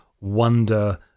wonder